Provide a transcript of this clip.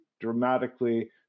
dramatically